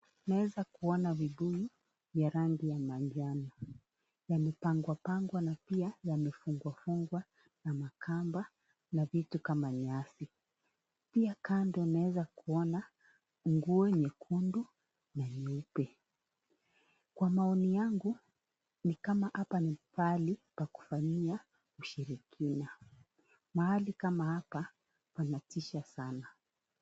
Naweza Kuona vibuyu ya rangi ya manjano. Yapepagwapangwa na pia yamefungwafungwa na makamba na vitu kama nyasi . Pia kando naweza Kuona nguo nyekundu na nyeupe . Kwa maoni yangu nikama hapa ni pahali pa kufanya ushirikina . Mahali hapa panatisha sana.